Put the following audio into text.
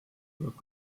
tuleb